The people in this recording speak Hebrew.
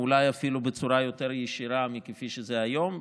או אולי אפילו בצורה יותר ישירה מכפי שזה היום,